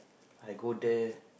I go there